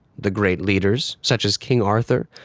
the great leaders such as king arthur,